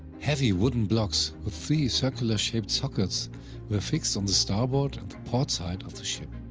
heavy wooden blocks with three circular shaped sockets were fixed on the starboard and the portside of the ship.